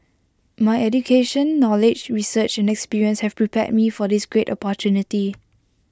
my education knowledge research and experience have prepared me for this great opportunity